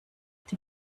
die